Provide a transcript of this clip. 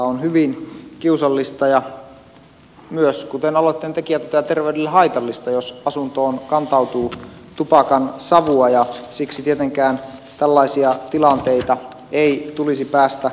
on hyvin kiusallista ja myös kuten aloitteentekijä puhui terveydelle haitallista jos asuntoon kantautuu tupakansavua ja siksi tietenkään tällaisia tilanteita ei saisi päästä käymään